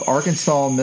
Arkansas